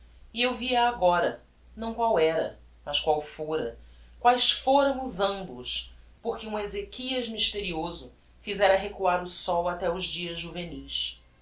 e eu via-a agora não qual era mas qual fora quaes foramos ambos porque um ezechias mysterioso fizera recuar o sol até os dias juvenis